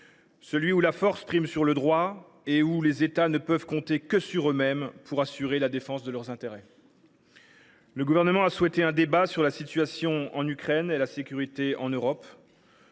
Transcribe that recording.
celui où la force prime le droit et où les États ne peuvent compter que sur eux mêmes pour assurer la défense de leurs intérêts. Le Gouvernement a souhaité un débat sur la situation en Ukraine et la sécurité en Europe.